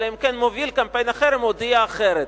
אלא אם כן מוביל קמפיין החרם הודיע אחרת.